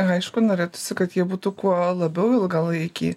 aišku norėtųsi kad jie būtų kuo labiau ilgalaikiai